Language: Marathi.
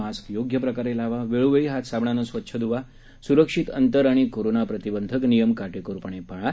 मास्क योग्य प्रकारे लावा वेळोवेळी हात साबणाने स्वच्छ अंतर आणि कोरोना प्रतिबंधक नियम काटेकोरपणे पाळा